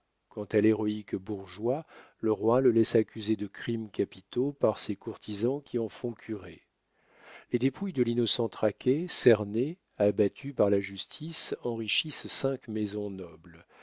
quant à l'héroïque bourgeois le roi le laisse accuser de crimes capitaux par ses courtisans qui en font curée les dépouilles de l'innocent traqué cerné abattu par la justice enrichissent cinq maisons nobles